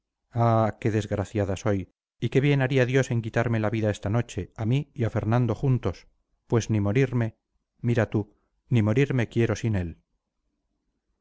ah qué desgraciada soy y qué bien haría dios en quitarme la vida esta noche a mí y a fernando juntos pues ni morirme mira tú ni morirme quiero sin él